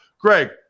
Greg